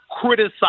criticize